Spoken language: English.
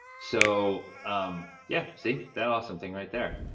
so um yeah, see. that awesome thing right there.